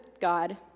God